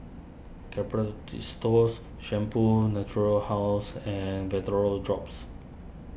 Shampoo Natura House and drops